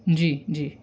जी जी